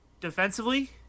defensively